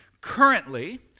Currently